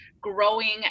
growing